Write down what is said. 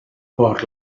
por